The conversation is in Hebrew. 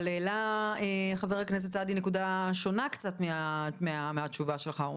אבל חבר הכנסת סעדי העלה נקודה קצת שונה מהתשובה שלך.